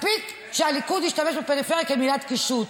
מספיק שהליכוד ישתמש בפריפריה כמילת קישוט.